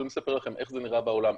אנחנו יכולים לספר לכם איך זה נראה בעולם,